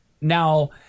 now